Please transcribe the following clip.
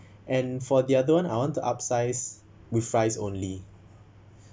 and for the other [one] I want to upsize with fries only